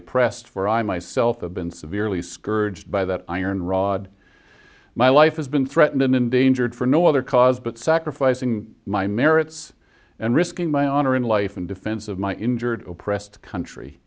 oppressed for i myself have been severely scourged by that iron rod my life has been threatened and endangered for no other cause but sacrificing my merits and risking my honor in life in defense of my injured oppressed country